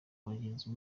abagenzi